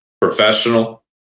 professional